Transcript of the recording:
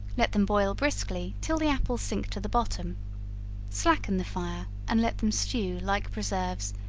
let them boil briskly till the apples sink to the bottom slacken the fire and let them stew, like preserves,